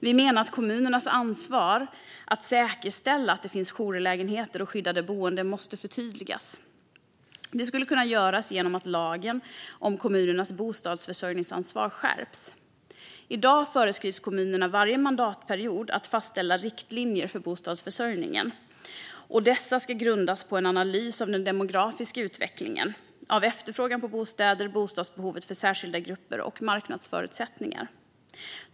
Vi menar att kommunernas ansvar att säkerställa att det finns jourlägenheter och skyddade boenden måste förtydligas. Det skulle kunna göras genom att lagen om kommunernas bostadsförsörjningsansvar skärps. I dag föreskrivs att kommunerna varje mandatperiod ska fastställa riktlinjer för bostadsförsörjningen. Dessa ska grundas på en analys av den demografiska utvecklingen, efterfrågan på bostäder, bostadsbehovet för särskilda grupper och marknadsförutsättningar.